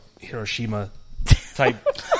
Hiroshima-type